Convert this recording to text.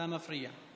אתה מפריע.